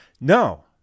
No